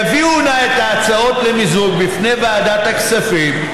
יביאו נא את ההצעות למיזוג בפני ועדת הכספים,